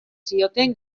zioten